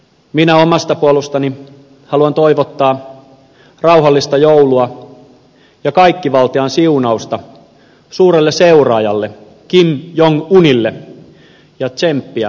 minä omasta puolestani haluan toivottaa rauhallista joulua ja kaikkivaltiaan siunausta suurelle seuraajalle kim jong unille ja tsemppiä vaativaan tehtävään